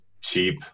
cheap